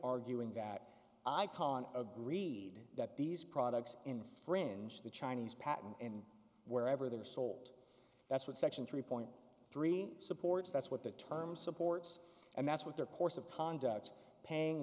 arguing that icahn agreed that these products in the fringe the chinese patent and wherever they were sold that's what section three point three supports that's what the term supports and that's what their course of conduct paying